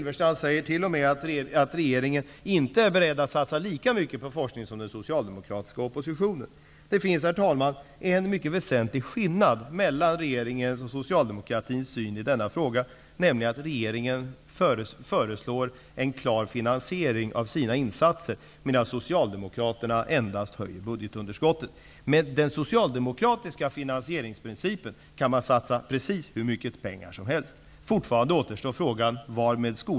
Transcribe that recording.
Han säger t.o.m. att regeringen inte är beredd att satsa lika mycket på forskningen som den socialdemokratiska oppositionen är. Regeringen har nämligen i sina förslag en klar finansiering av sina insatser, medan Socialdemokraterna endast ökar budgetunderskottet. Med den socialdemokratiska finansieringsprincipen kan man satsa precis hur mycket pengar som helst.